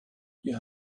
you